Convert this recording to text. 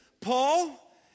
Paul